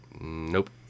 Nope